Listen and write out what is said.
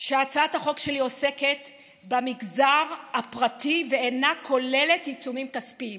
שהצעת החוק שלי עוסקת במגזר הפרטי ואינה כוללת עיצומים כספיים